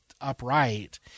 upright